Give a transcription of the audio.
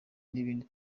n’ibindi